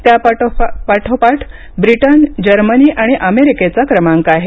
त्यापाठोपाठ Britain Germany आणि अमेरिकेचा क्रमांक आहे